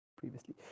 previously